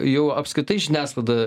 jau apskritai žiniasklaida